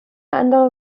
andere